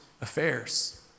affairs